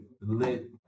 lit